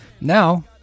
Now